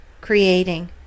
creating